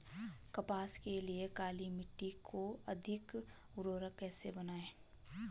कपास के लिए काली मिट्टी को अधिक उर्वरक कैसे बनायें?